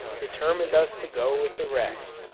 determined us to go with the rest.